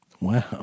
Wow